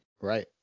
right